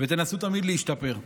ותנסו תמיד להשתפר.